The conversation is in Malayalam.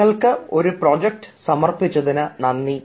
'ഞങ്ങൾക്ക് ഒരു പ്രോജക്റ്റ് സമർപ്പിച്ചതിന് നന്ദി